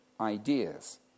ideas